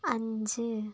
അഞ്ച്